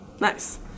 Nice